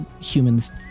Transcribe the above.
humans